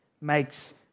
makes